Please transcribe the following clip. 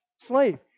slave